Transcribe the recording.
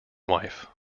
wife